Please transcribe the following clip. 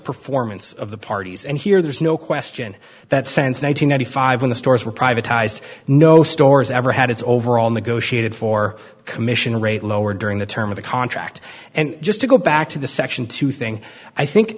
performance of the parties and here there's no question that since one thousand nine hundred five when the stores were privatized no stores ever had its overall negotiated for commission rate lower during the term of the contract and just to go back to the section two thing i think